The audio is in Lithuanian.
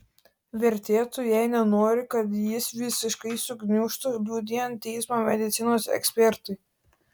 vertėtų jei nenori kad jis visiškai sugniužtų liudijant teismo medicinos ekspertui